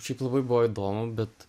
šiaip labai buvo įdomu bet